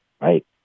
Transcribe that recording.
right